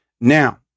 Now